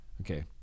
okay